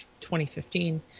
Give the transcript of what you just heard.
2015